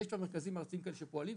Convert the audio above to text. יש כבר מרכזים ארציים שפועלים כאן,